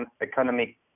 economic